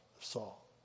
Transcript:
Saul